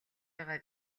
байгаа